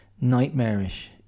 nightmarish